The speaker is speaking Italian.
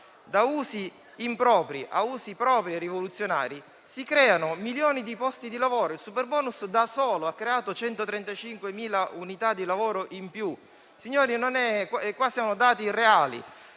da usi impropri a usi propri e rivoluzionari, si creano milioni di posti di lavoro. Solo il superbonus ha creato 135.000 unità di lavoro in più. Signori, sono dati reali;